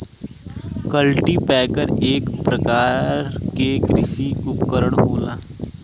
cultipacker एक परकार के कृषि उपकरन होला